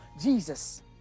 Jesus